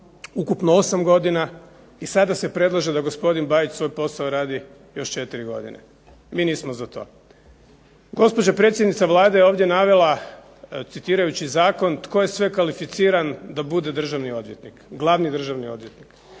ukupno 8 godina i sada se predlaže da gospodin Bajić svoj posao radi još 4 godine. Mi nismo za to. Gospođa predsjednica Vlade je ovdje navela citirajući Zakon tko je sve kvalificiran da bude glavni državni odvjetnik.